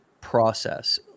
process